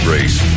Race